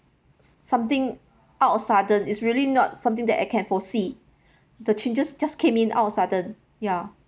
something out of sudden it's really not something that I can foresee the changes just came in out of a sudden ya